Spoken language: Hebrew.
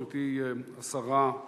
גברתי השרה,